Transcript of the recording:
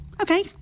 okay